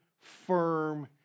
firm